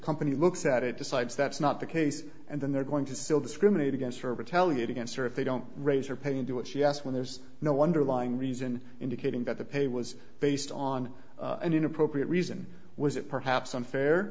company looks at it decides that's not the case and then they're going to still discriminate against her or retaliate against her if they don't raise her pain to what she asked when there's no wonder lying reason indicating that the pay was based on an inappropriate reason was it perhaps unfair